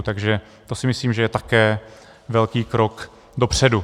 Takže to si myslím, že je také velký krok dopředu.